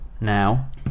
now